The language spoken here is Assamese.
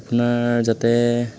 আপোনাৰ যাতে